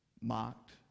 mocked